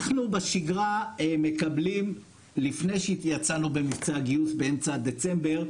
אנחנו בשגרה מקבלים לפני שיצאנו במבצע גיוס באמצע דצמבר,